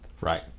Right